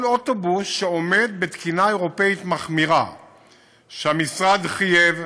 כל אוטובוס עומד בתקינה אירופית מחמירה שהמשרד חייב,